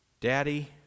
Daddy